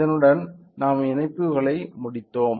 இதனுடன் நாம் இணைப்புகளை முடித்தோம்